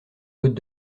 côtes